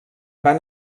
van